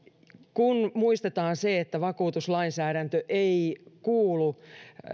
kun muistetaan että vakuutuslainsäädäntö ei kuulu